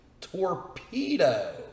torpedo